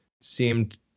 seemed